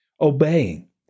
obeying